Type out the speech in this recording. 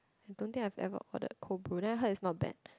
I don't think I've ever ordered cold brew then I heard it's not bad